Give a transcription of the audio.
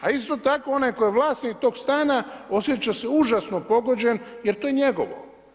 A isto tako, onaj koji je vlasnik tog stana osjeća se užasno pogođen jer to je njegovo.